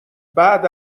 بعد